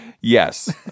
yes